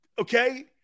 Okay